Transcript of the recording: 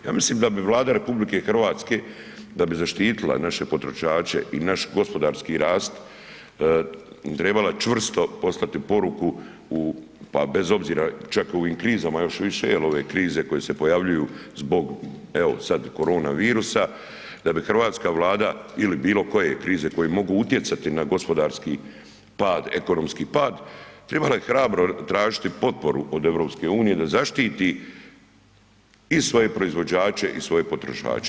Ja mislim da bi Vlada RH da bi zaštitila naše potrošače i naš gospodarski rast trebala čvrsto poslati poruku u, pa bez obzira čak i u ovim krizama još više jer ove krize koje se pojavljuju zbog evo sad korona virusa, da bi Hrvatska vlada ili bilo koje krize koje mogu utjecati na gospodarski pad, ekonomski pad tribala je hrabro tražiti potporu od EU da zaštiti i svoje proizvođače i svoje potrošače.